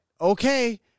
okay